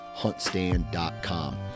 HuntStand.com